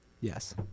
Yes